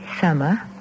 summer